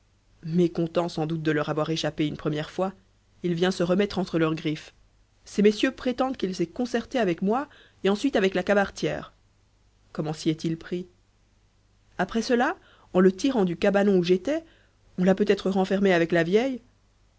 mécontent sans doute de leur avoir échappé une première fois il vient se remettre entre leurs griffes ces messieurs prétendent qu'il s'est concerté avec moi et ensuite avec la cabaretière comment s'y est-il pris après cela en le tirant du cabanon où j'étais on l'a peut-être renfermé avec la vieille